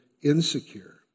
insecure